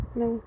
no